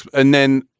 and then.